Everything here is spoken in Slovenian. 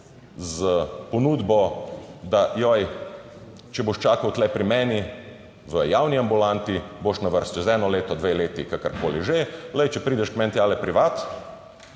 s ponudbo, da, joj, če boš čakal tu pri meni v javni ambulanti, boš na vrsti čez eno leto, dve leti, kakorkoli že, glej, če prideš k meni tja privat